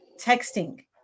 texting